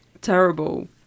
Terrible